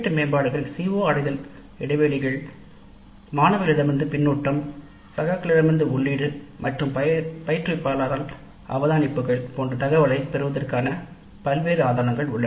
மேம்பாடுகள் CO அடைதல் இடைவெளிகள் மாணவர்களிடமிருந்து கருத்து சகாக்களிடமிருந்து உள்ளீடு மற்றும் பயிற்றுவிப்பாளரால் அவதானித்தல் இதுகுறித்த தரவைப் பெறுவதற்கான வெவ்வேறு ஆதாரங்கள் எங்களிடம் உள்ளன